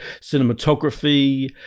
Cinematography